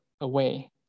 away